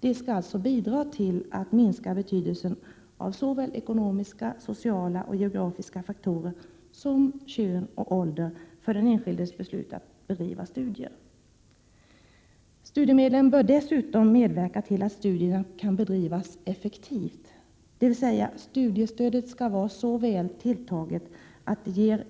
Det skall alltså bidra till att minska betydelsen av ekonomiska, sociala och geografiska faktorer som kön och ålder för den enskildes beslut att bedriva studier. Studiemedlen bör dessutom medverka till att studierna kan bedrivas effektivt, dvs. studiestödet skall vara så väl tilltaget att det ger